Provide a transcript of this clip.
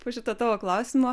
po šito tavo klausimo